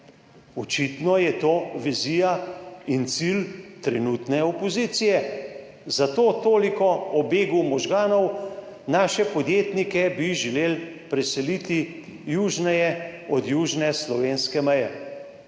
Očitno je to vizija in cilj trenutne opozicije, zato toliko o begu možganov. Naše podjetnike bi želeli preseliti južneje od južne slovenske meje.